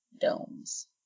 domes